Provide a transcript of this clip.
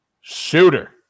Shooter